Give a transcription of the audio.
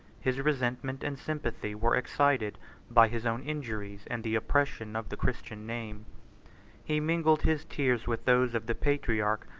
his resentment and sympathy were excited by his own injuries and the oppression of the christian name he mingled his tears with those of the patriarch,